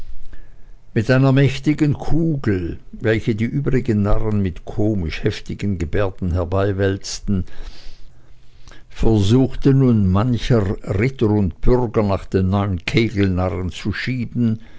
mit einer mächtigen kugel welche die übrigen narren mit komisch heftigen gebärden herbeiwälzten versuchte nun mancher ritter und bürger nach den neun kegelnarren zu schieben